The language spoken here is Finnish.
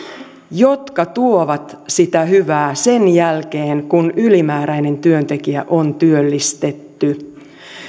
jotka tuovat sitä hyvää sen jälkeen kun ylimääräinen työntekijä on työllistetty